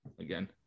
again